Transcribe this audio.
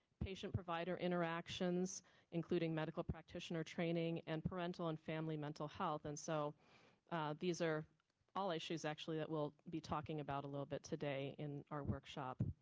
patient provider interactions including medical practitioner training and parental and family mental health, and so these are all issues actually that we'll be talking about a little bit today in our workshop.